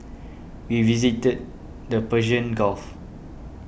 we visited the Persian Gulf